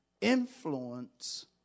influence